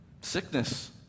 sickness